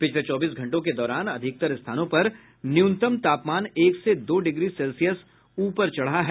पिछले चौबीस घंटों के दौरान अधिकतर स्थानों पर न्यूनतम तापमान एक से दो डिग्री सेल्सियस ऊपर चढ़ा है